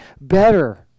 better